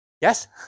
Yes